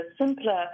simpler